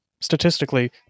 statistically